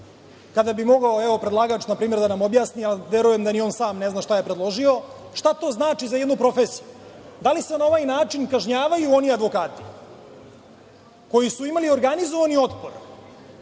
kada bi mogao ovo predlagač da nam ovo objasni, ali verujem da ni on sam ne zna šta je predložio, šta to znači za jednu profesiju? Da li se na ovaj način kažnjavaju oni advokati koji su imali organizovani otpor